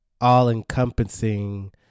all-encompassing